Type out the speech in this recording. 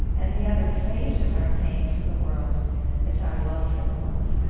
and the other face of our pain for the world is our love for the world,